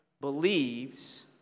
Believes